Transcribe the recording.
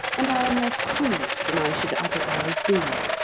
and i am less crude than i should otherwise be.